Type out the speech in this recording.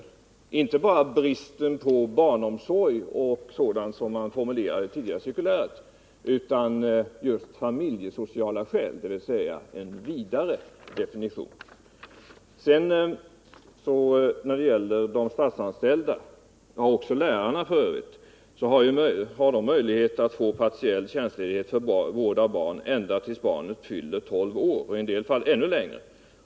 Det avser således inte bara bristen på barnomsorg, som man särskilt angav i det tidigare cirkuläret, det innefattar också en vidare definition av familjesociala skäl. De statsanställda — och f. ö. även lärarna — har ju möjlighet att få partiell tjänstledighet för vård av barn ända tills barnet fyller tolv år och i en del fall ännu längre.